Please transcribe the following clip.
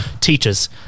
Teachers